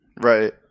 Right